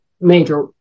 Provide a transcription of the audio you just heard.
major